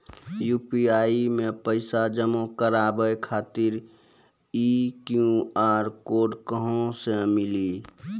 UPI मे पैसा जमा कारवावे खातिर ई क्यू.आर कोड कहां से मिली?